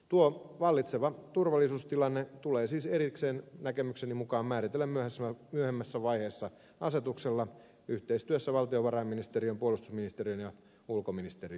tuo vallitseva turvallisuustilanne tulee siis näkemykseni mukaan erikseen määritellä myöhemmässä vaiheessa asetuksella yhteistyössä valtiovarainministeriön puolustusministeriön ja ulkoministeriön kanssa